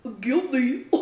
Guilty